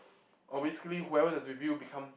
oh basically whoever that's with you become